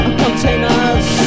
containers